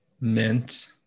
mint